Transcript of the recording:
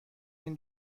این